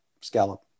scallop